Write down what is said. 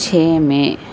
چھ مئی